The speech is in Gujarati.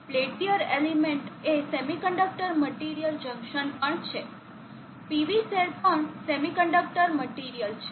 પેલ્ટીયર એલિમેન્ટ એ સેમી કંડક્ટર મટિરિયલ જંકશન પણ છે પીવી સેલ પણ સેમી કંડક્ટર મટિરિયલ છે